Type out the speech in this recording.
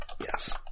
Yes